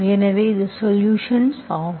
எனவே இது சொலுஷன்ஸ் ஆகும்